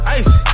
ice